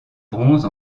bronze